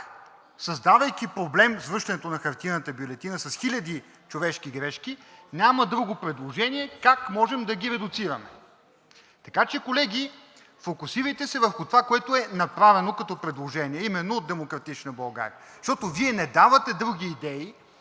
създавайки проблем с връщането на хартиената бюлетина, с хиляди човешки грешки, няма друго предложение как можем да ги редуцираме. Така че, колеги, фокусирайте се върху това, което е направено като предложение именно от „Демократична България“, защото Вие не давате други идеи